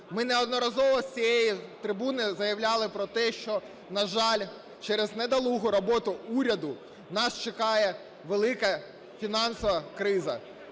ми неодноразово з цієї трибуни заявляли про те, що, на жаль, через недолугу роботу уряду, нас чекає велика фінансова криза.